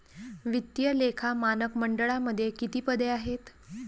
वित्तीय लेखा मानक मंडळामध्ये किती पदे आहेत?